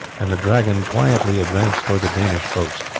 and the dragon quietly advanced towards the danish boats.